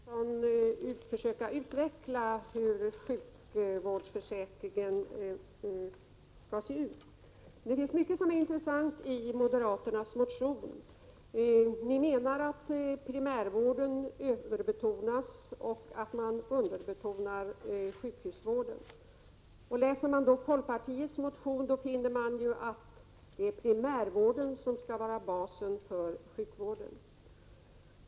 Herr talman! Det var intressant att höra Ingegerd Troedsson försöka utveckla hur sjukvårdsförsäkringen skall se ut. Det finns mycket som är intressant i moderaternas motion. Ni menar att primärvården överbetonas och att man underbetonar sjukhusvården. Läser man folkpartiets motion finner man att det är primärvården som skall vara basen för sjukvården.